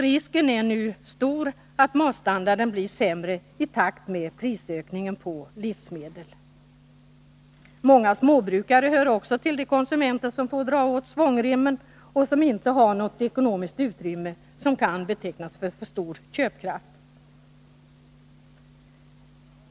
Risken är nu stor att matstandarden blir sämre i takt med prisökningen på livsmedel. Många småbrukare hör också till de konsumenter som får dra åt svångremmen och som inte har något ekonomiskt utrymme som kan betecknas som för stor köpkraft.